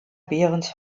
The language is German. behrens